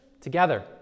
together